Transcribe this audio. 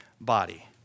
body